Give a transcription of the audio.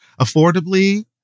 affordably